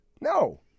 No